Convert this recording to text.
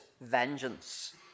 vengeance